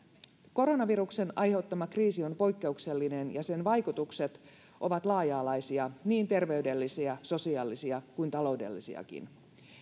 koronaviruksen aiheuttama kriisi on poikkeuksellinen ja sen vaikutukset ovat laaja alaisia niin terveydellisiä sosiaalisia kuin taloudellisiakin